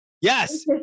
Yes